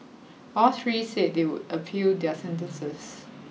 all three said they would appeal their sentences